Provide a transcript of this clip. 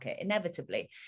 inevitably